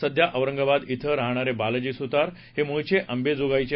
सध्या औरंगाबाद इथं राहणारे बालाजी सुतार हे मूळचे अंबेजोगाईचे